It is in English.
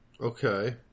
Okay